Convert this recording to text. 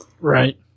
Right